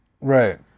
Right